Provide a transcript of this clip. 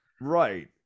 Right